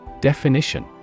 Definition